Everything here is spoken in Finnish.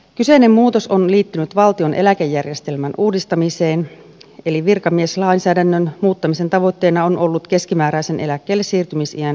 kyseinen muutos on liittynyt valtion eläkejärjestelmän uudistamiseen eli virkamieslainsäädännön muuttamisen tavoitteena on ollut keskimääräisen eläkkeellesiirtymisiän myöhentäminen